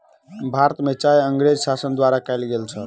भारत में चाय अँगरेज़ शासन द्वारा कयल गेल छल